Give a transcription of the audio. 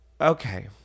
Okay